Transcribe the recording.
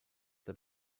that